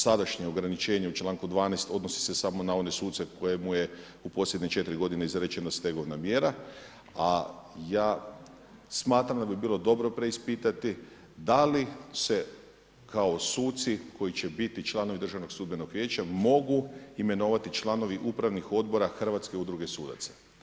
Sadašnje ograničenje u čl. 12. odnosi se samo na one suce kojemu je u posljednje četiri godine izrečena stegovna mjera, a ja smatram da bi bilo dobro preispitati da li se kao suci koji će biti članovi Državnog sudbenog vijeća mogu imenovati članovi upravnih odbora Hrvatske udruge sudaca.